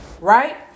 right